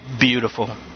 beautiful